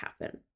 happen